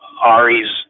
Ari's